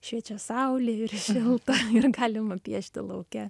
šviečia saulė ir šilta ir galima piešti lauke